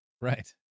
Right